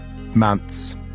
months